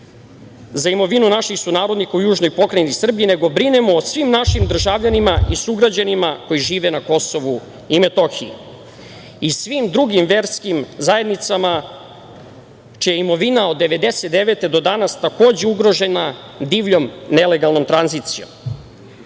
za imovinu naših sunarodnika u južnoj pokrajini Srbije, nego brinemo o svim našim državljanima i sugrađanima koji žive na Kosovu i Metohiji i svim drugim verskim zajednicama čija je imovina od 1999. godine do danas takođe ugrožena divljom nelegalnom tranzicijom. Sada